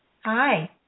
Hi